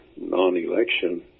non-election